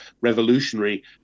revolutionary